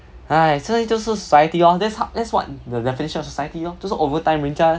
!hais! sometimes 就是 society lor that's how that's what the definition of society lor 就是 overtime 人家